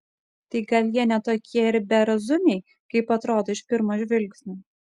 tai gal jie ne tokie ir berazumiai kaip atrodo iš pirmo žvilgsnio